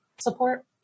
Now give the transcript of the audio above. support